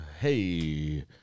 hey